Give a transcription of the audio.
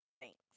thanks